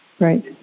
Right